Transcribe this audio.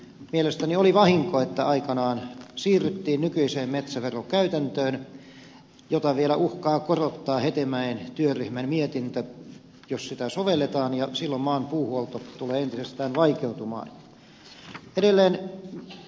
mielestäni oli vahinko että aikanaan siirryttiin nykyiseen metsäverokäytäntöön jota vielä uhkaa korottaa hetemäen työryhmän mietintö jos sitä sovelletaan ja silloin maan puuhuolto tulee entisestään vaikeutumaan